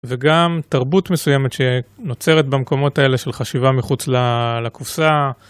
וגם תרבות מסוימת שנוצרת במקומות האלה של חשיבה מחוץ לקופסה.